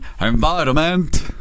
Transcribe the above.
environment